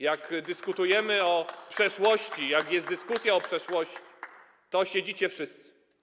Jak dyskutujemy o przeszłości, jak jest dyskusja o przeszłości, to siedzicie wszyscy.